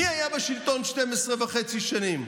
מי היה בשלטון 12 וחצי שנים?